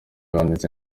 wanditse